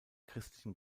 christlichen